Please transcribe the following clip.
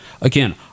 Again